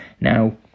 Now